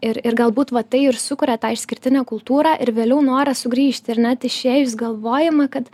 ir ir galbūt vat tai ir sukuria tą išskirtinę kultūrą ir vėliau norą sugrįžt ir net išėjus galvojama kad